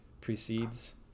precedes